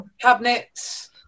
cabinets